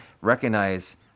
recognize